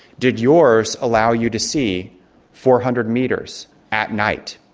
did yours allow you to see four hundred metres at night?